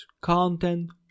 content